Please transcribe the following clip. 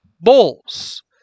Bulls